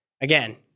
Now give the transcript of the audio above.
Again